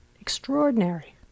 Extraordinary